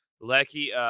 Lecky